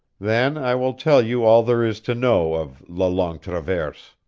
then i will tell you all there is to know of la longue traverse.